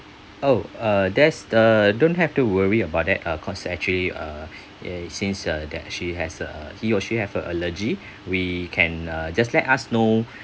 oh uh that's uh don't have to worry about that uh cause actually uh ya since uh that she has a he or she have a allergy we can uh just let us know